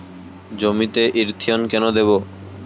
জমিতে ইরথিয়ন কেন দেবো?